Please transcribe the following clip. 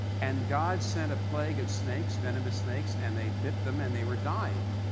and god sent a plague of snakes, venomous snakes, and they bit them and they were dying.